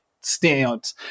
stand